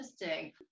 interesting